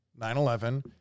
9-11